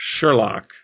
Sherlock